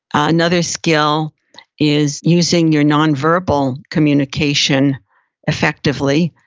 another skill is using your non-verbal communication effectively.